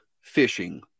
fishing